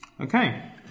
Okay